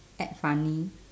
act funny